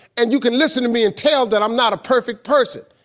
and you can listen to me and tell that i'm not a perfect person.